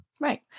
Right